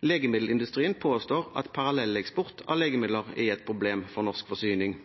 Legemiddelindustrien påstår at parallelleksport av legemidler er et problem for norsk forsyning.